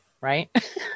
Right